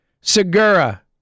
Segura